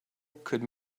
could